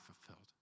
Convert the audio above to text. fulfilled